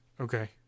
Okay